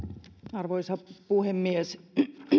arvoisa puhemies